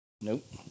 Nope